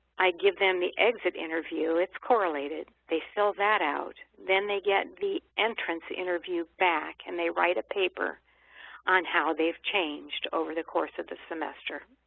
i give them the exit interview. it's correlated. they fill that out. then they get the entrance interview back and they write a paper on how they've changed over the course of the semester.